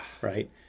Right